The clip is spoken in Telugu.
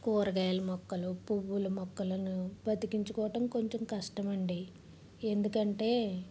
కూరగాయల మొక్కలు పువ్వులు మొక్కలను బ్రతికించుకోవటం కొంచెం కష్టం అండి ఎందుకంటే